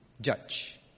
judge